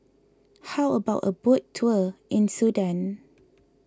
how about a boat tour in Sudan